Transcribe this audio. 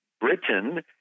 Britain